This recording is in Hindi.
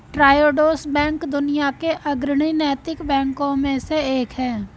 ट्रायोडोस बैंक दुनिया के अग्रणी नैतिक बैंकों में से एक है